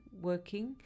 Working